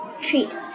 treat